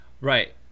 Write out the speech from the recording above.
Right